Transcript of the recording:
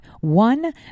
one